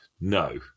no